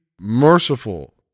merciful